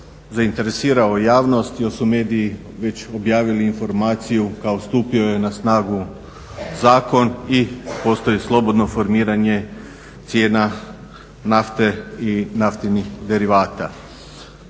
zainteresirao javnost jel su mediji već objavili informaciju kao stupio je na snagu zakon i postoji slobodno formiranje cijena nafte i naftnih derivata.